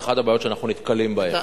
את אחת הבעיות שאנחנו נתקלים בהן.